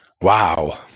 Wow